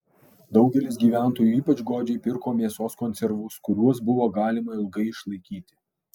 daugelis gyventojų ypač godžiai pirko mėsos konservus kuriuos buvo galima ilgai išlaikyti